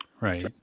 Right